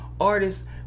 artists